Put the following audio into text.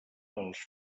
dels